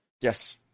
Yes